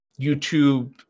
YouTube